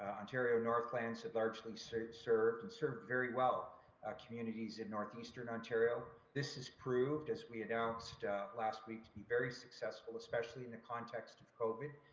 ontario north lands have largely so served and served very well ah communities in northeastern ontario. this is proved, as we announced last week, so very successful. especially in the context of covid